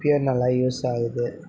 இப்பேயும் நல்லா யூஸ் ஆகுது